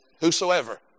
whosoever